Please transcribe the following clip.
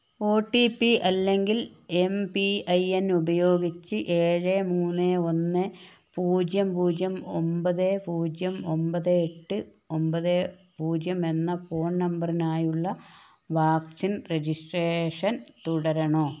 ഓ T P അല്ലെങ്കിൽ M P I N ഉപയോഗിച്ച് ഏഴ് മൂന്ന് ഒന്ന് പൂജ്യം പൂജ്യം ഒമ്പത് പൂജ്യം ഒമ്പത് എട്ട് ഒമ്പത് പൂജ്യം എന്ന ഫോൺ നമ്പറിനായുള്ള വാക്സിൻ രജിസ്ട്രേഷൻ തുടരണോ